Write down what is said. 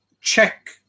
check